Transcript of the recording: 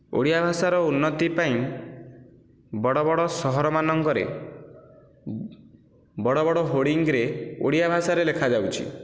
ଓଡ଼ିଆ ଭାଷାର ଉନ୍ନତି ପାଇଁ ବଡ଼ ବଡ଼ ସହର ମାନଙ୍କରେ ବଡ଼ ବଡ଼ ହୋର୍ଡ଼ିଂରେ ଓଡ଼ିଆ ଭାଷାରେ ଲେଖାଯାଉଛି